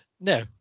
no